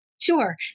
Sure